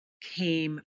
came